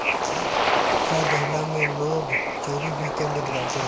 कर देहला में लोग चोरी भी कर लेत बाटे